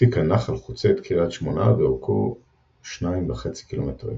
אפיק הנחל חוצה את קריית שמונה ואורכו 2.5 ק"מ.